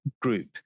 group